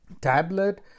tablet